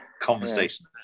conversation